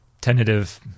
tentative